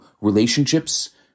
relationships